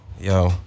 Yo